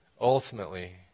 ultimately